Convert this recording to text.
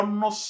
no